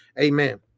Amen